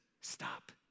Stop